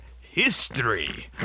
history